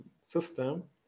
system